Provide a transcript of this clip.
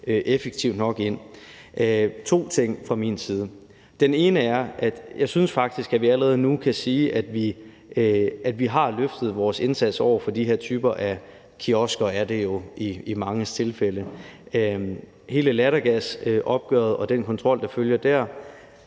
effektivt nok ind. Jeg vil sige to ting fra min side: Den ene er, at jeg synes, at vi faktisk allerede nu kan sige, at vi har løftet vores indsats over for de her typer af kiosker, som det jo er i mange tilfælde. Hele lattergasopgøret og den kontrol, der følger af